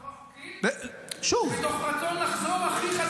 בצורה חוקית, מתוך רצון לחזור הכי חזק לצבא.